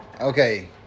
Okay